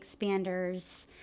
expanders